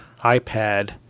iPad